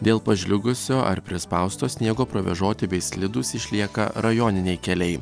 dėl pažliugusio ar prispausto sniego provėžoti bei slidūs išlieka rajoniniai keliai